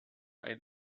ein